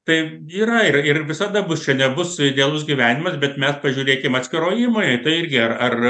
tai yra ir ir visada bus čia nebus idealus gyvenimas bet mes pažiūrėkim atskiroj įmonėj tai irgi ar ar